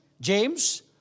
James